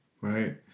Right